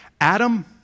Adam